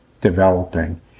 developing